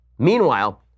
Meanwhile